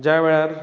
ज्या वेळार